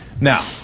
Now